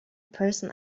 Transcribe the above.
person